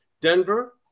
Denver